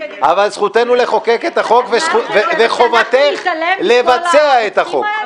אבל זכותנו לחוקק את החוק וחובתך לבצע אותו.